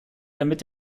damit